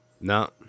No